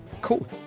Cool